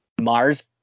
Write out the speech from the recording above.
Mars